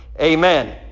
amen